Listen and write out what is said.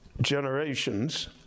generations